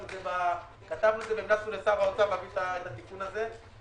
את זה והמלצנו לשר האוצר להביא את התיקון הזה,